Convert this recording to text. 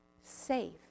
safe